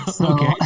Okay